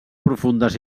profundes